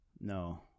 No